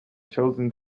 chosen